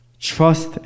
Trust